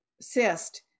cyst